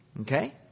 Okay